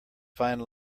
fine